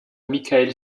michael